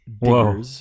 Whoa